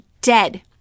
dead